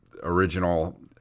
original